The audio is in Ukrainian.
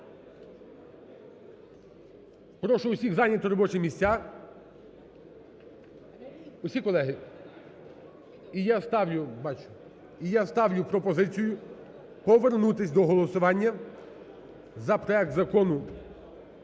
прошу усіх зайняти робочі місця. Усі, колеги? Бачу. І я ставлю пропозицію повернутись до голосування за проект Закону